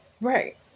Right